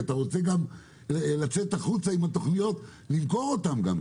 אתה רוצה גם לצאת החוצה עם התוכניות ולמכור את הדירות.